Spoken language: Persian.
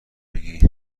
بگی